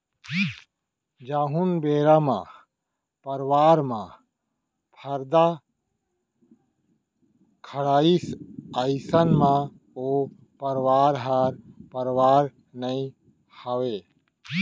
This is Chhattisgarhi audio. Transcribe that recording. जउन बेरा म परवार म परदा खड़ाइस अइसन म ओ परवार ह परवार नइ रहय